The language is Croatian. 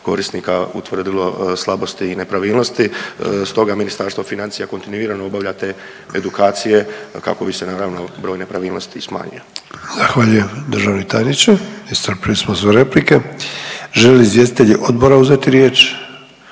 korisnika utvrdilo slabosti i nepravilnosti, stoga Ministarstvo financija kontinuirano obavlja te edukacije kako bi se naravno broj nepravilnosti smanjio. **Sanader, Ante (HDZ)** Zahvaljujem državni tajniče. Iscrpili smo sve replike. Žele li izvjestitelji odbora uzeti riječ?